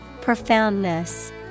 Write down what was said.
Profoundness